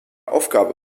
aufgabe